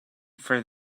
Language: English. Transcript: for